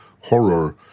horror